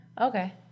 Okay